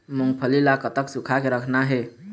मूंगफली ला कतक सूखा के रखना हे?